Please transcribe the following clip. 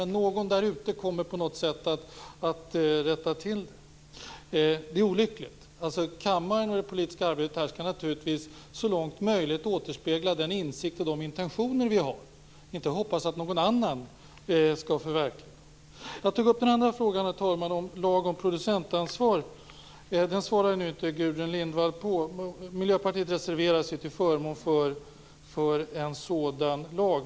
Någon därute kommer på något sätt att rätta till detta. Det är olyckligt. Kammaren och det politiska arbetet här skall naturligtvis så långt möjligt återspegla den insikt och de intentioner vi har. Vi skall inte hoppas att någon annan skall förverkliga det. Herr talman! Jag tog upp en annan fråga om lag om producentansvar. Den svarade inte Gudrun Lindvall på. Miljöpartiet reserverar sig ju till förmån för en sådan lag.